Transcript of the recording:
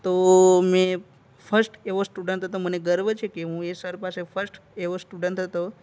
તો મેં ફસ્ટ એવો સ્ટુડન્ટ હતો મને ગર્વ છે કે હું એ સર પાસે ફસ્ટ એવો સ્ટુડન્ટ હતો